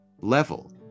level